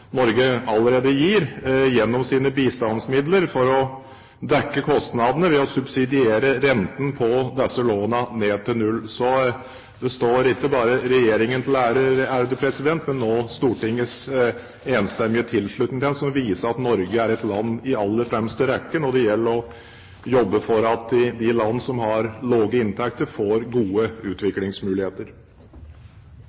Norge allerede gir gjennom sine bistandsmidler for å dekke kostnadene ved å subsidiere renten på disse lånene ned til null. Så det står ikke bare regjeringen til ære, men også Stortinget for dets enstemmige tilslutning til dette, som viser at Norge er et land i aller fremste rekke når det gjelder å jobbe for at de land som har lave inntekter, får gode